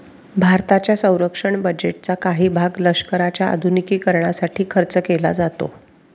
भारताच्या संरक्षण बजेटचा काही भाग लष्कराच्या आधुनिकीकरणासाठी खर्च केला जातो